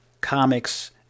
comics